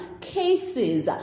cases